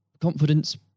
confidence